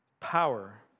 Power